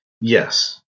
Yes